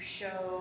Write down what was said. show